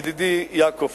ידידי יעקב,